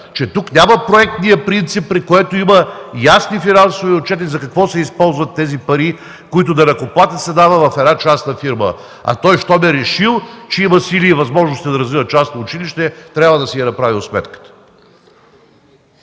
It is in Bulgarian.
че тук няма проектния принцип, при който има ясни финансови отчети за какво се използват парите, които данъкоплатецът дава в една частна фирма. Той, щом е решил, че има сили и възможности да развива частно училище, трябва да си е направил сметката.